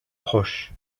proche